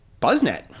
buzznet